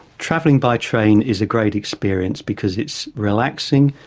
travelling by train is a great experience because it's relaxing,